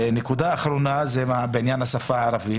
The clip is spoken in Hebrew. נקודה אחרונה זה בעניין השפה הערבית